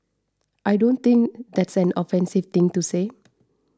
I don't think that's an offensive thing to say